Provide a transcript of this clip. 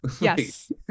Yes